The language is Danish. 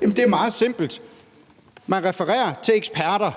det er meget simpelt. Jeg refererer til eksperter.